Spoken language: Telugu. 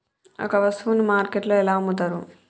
ఒక వస్తువును మార్కెట్లో ఎలా అమ్ముతరు?